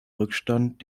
rückstand